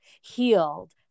healed